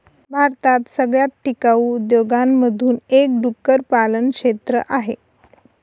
भारतात सगळ्यात टिकाऊ उद्योगांमधून एक डुक्कर पालन क्षेत्र आहे